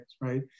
right